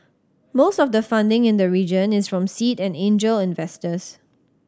most of the funding in the region is from seed and angel investors